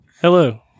Hello